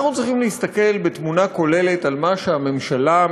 אנחנו צריכים להסתכל בתמונה כוללת על מה שהממשלה,